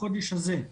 בחודש הזה.